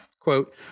quote